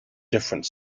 different